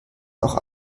auch